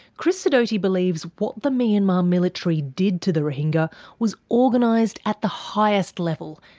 chris sidoti believes what the myanmar military did to the rohingya was organised at the highest level.